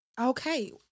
okay